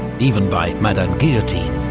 even by madame guillotine.